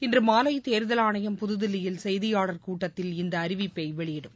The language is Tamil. இன்று மாலை தேர்தல் ஆணையம் புதுதில்லியில் செய்தியாளர் கூட்டத்தில் இந்த அறிவிப்பை வெளியிடும்